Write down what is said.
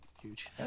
Huge